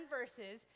verses